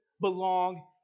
belong